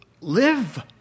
Live